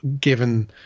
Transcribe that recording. given